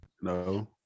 no